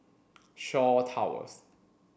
Shaw Towers